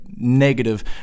Negative